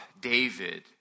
David